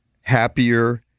happier